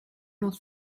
not